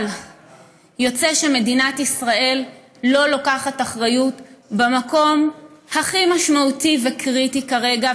אבל יוצא שמדינת ישראל לא לוקחת אחריות במקום הכי משמעותי וקריטי כרגע,